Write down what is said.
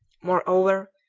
moreover,